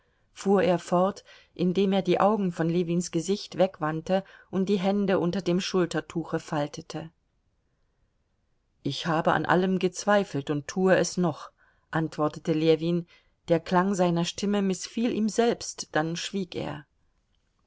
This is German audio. fuhr er fort indem er die augen von ljewins gesicht wegwandte und die hände unter dem schultertuche faltete ich habe an allem gezweifelt und tue es noch antwortete ljewin der klang seiner stimme mißfiel ihm selbst dann schwieg er